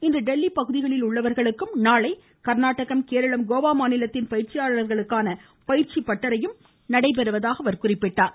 இன்று டெல்லி பகுதிகளில் உள்ளவர்களுக்கும் நாளை கர்நாடகம் கேரளம் கோவா மாநிலத்தின் பயிற்சியாளர்களுக்கான பயிற்சி பட்டறை நடைபெறுவதாக அவர் குறிப்பிட்டார்